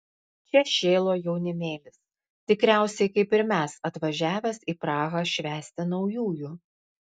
čia šėlo jaunimėlis tikriausiai kaip ir mes atvažiavęs į prahą švęsti naujųjų